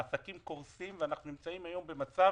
העסקים קורסים ואנחנו נמצאים היום במצב